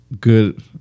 good